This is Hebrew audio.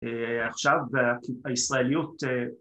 ‫עכשיו הישראליות...